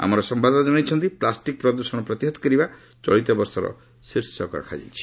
ଆମର ସମ୍ଭାଦଦାତା ଜଣାଇଛନ୍ତି ପ୍ଲାଷ୍ଟିକ୍ ପ୍ରଦୂଷଣ ପ୍ରତିହତ କରିବା ଚଳିତ ବର୍ଷର ଶୀର୍ଷକ ରହିଛି